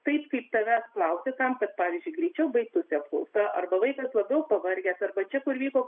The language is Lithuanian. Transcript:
taip kaip tavęs klausia tam kad pavyzdžiui greičiau baigtųsi apklausa arba vaikas labiau pavargęs arba čia kur vyko